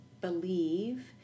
believe